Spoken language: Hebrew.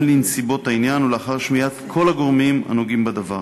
לנסיבות העניין ולאחר שמיעת כל הגורמים הנוגעים בדבר.